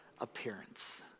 appearance